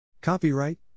Copyright